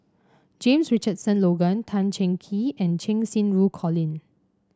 James Richardson Logan Tan Cheng Kee and Cheng Xinru Colin